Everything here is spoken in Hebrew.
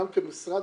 גם כמשרד,